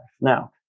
Now